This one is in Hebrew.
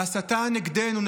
ההסתה נגדנו,